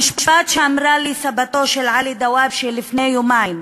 המשפט שאמרה לי סבתו של עלי דוואבשה לפי יומיים